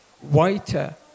whiter